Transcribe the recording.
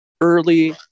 early